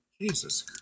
Jesus